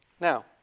Now